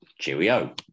Cheerio